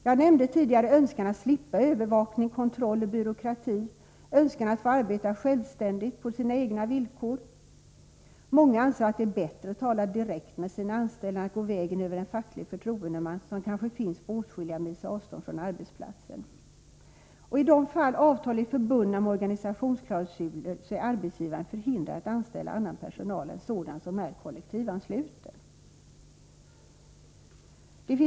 Jag nämnde tidigare önskan att slippa övervakning, kontroll och byråkrati och att få arbeta självständigt på sina egna villkor. Många anser att det är bättre att tala med sina anställda direkt än att gå vägen över en facklig förtroendeman, som kanske finns på åtskilliga mils avstånd från arbetsplatsen. I de fall avtalen är förbundna med organisationsklausuler är arbetsgivaren förhindrad att anställa annan personal än sådan som är kollektivansluten.